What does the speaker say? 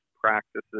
practices